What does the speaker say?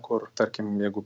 kur tarkim jeigu